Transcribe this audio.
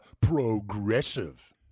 progressive